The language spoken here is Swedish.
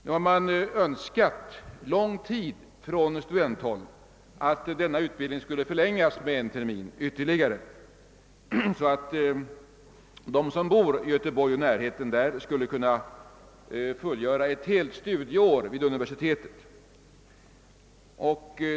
Nu har man under lång tid från studenthåll framfört önskemål om att denna utbildning skulle förlängas med en termin, så att de som bor i Göteborg och dess närhet skulle kunna fullgöra ett helt studieår vid universitetet.